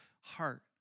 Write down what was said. heart